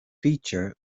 feature